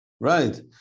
Right